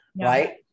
right